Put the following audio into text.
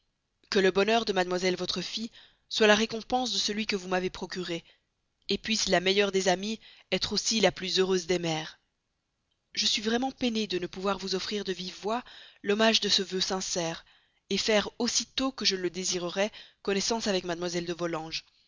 que le bonheur de mademoiselle votre fille soit la récompense de celui que vous m'avez procuré et puisse la meilleure des amies être aussi la plus heureuse des mères je suis vraiment peinée de ne pouvoir vous offrir de vive voix l'hommage de ce vœu sincère faire aussitôt que je le désirerais connaissance avec mademoiselle de